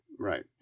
Right